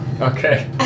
Okay